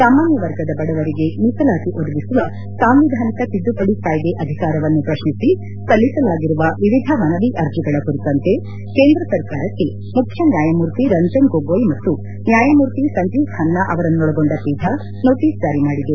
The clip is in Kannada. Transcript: ಸಾಮಾನ್ಯ ವರ್ಗದ ಬದವರಿಗೆ ಮೀಸಲಾತಿ ಒದಗಿಸುವ ಸಾಂವಿಧಾನಿಕ ತಿದ್ದುಪಡಿ ಕಾಯ್ದೆ ಅಧಿಕಾರವನ್ನು ಪ್ರಶ್ನಿಸಿ ಸಲ್ಲಿಸಲಾಗಿರುವ ವಿವಿಧ ಮನವಿ ಅರ್ಜಿಗಳ ಕುರಿತಂತೆ ಕೇಂದ್ರ ಸರ್ಕಾರಕ್ಕೆ ಮುಖ್ಯ ನ್ಯಾಯಮೂರ್ತಿ ರಂಜನ್ ಗೊಗೋಯ್ ಮತ್ತು ನ್ಯಾಯಮೂರ್ತಿ ಸಂಜೀವ್ ಖನ್ನಾ ಅವರನ್ನೊಳಗೊಂಡ ಪೀಠ ನೋಟಿಸ್ ಜಾರಿಮಾಡಿದೆ